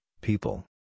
people